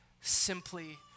simply